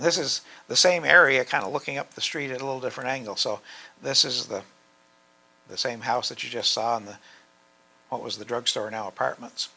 this is the same area kind of looking up the street a little different angle so this is the the same house that you just saw on the what was the drugstore now apartments